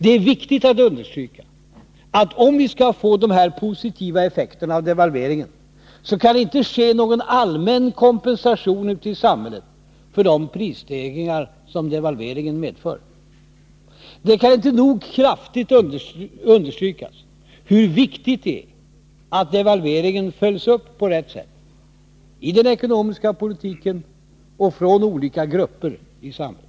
Det är viktigt att understryka att om vi skall få de här positiva effekterna av devalveringen, så kan det inte ske någon allmän kompensation ute i samhället för de prisstegringar som devalveringen medför. Det kan inte nog kraftigt framhållas hur viktigt det är att devalveringen följs upp på rätt sätt —i den ekonomiska politiken och från olika grupper i samhället.